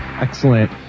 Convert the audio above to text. Excellent